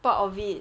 part of it